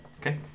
Okay